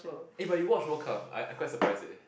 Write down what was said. ah but you watch World Cup I I quite surprised eh